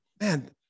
man